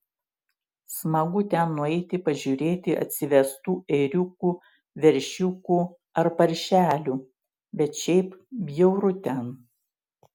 smagu ten nueiti pažiūrėti atsivestų ėriukų veršiukų ar paršelių bet šiaip bjauru ten